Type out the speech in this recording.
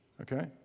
Okay